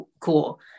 cool